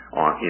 on